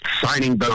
signing